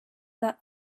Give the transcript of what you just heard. that